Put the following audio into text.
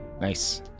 Nice